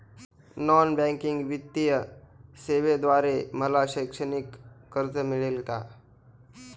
Non banking वित्तीय सेवेद्वारे मला शैक्षणिक कर्ज मिळेल का?